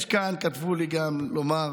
כתבו לי גם לומר